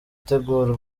tugure